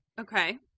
Okay